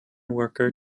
worker